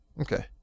Okay